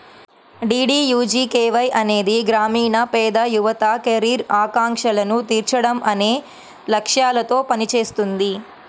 DDUGKY అనేది గ్రామీణ పేద యువత కెరీర్ ఆకాంక్షలను తీర్చడం అనే లక్ష్యాలతో పనిచేస్తుంది